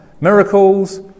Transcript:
miracles